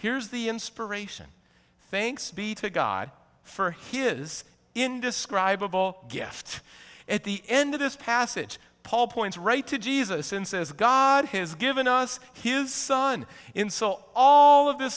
here's the inspiration thanks be to god for he is indescribable gift at the end of this passage paul points right to jesus and says god his given us his son in so all of this